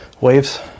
waves